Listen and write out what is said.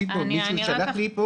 מישהו שלח לי פה,